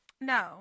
No